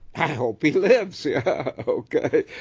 hope he lives! yeah okay?